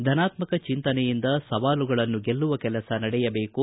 ಧನಾತ್ಸಕ ಚಿಂತನೆಯಿಂದ ಸವಾಲುಗಳನ್ನು ಗೆಲ್ಲುವ ಕೆಲಸ ನಡೆಯಬೇಕು